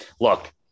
look